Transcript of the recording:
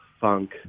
funk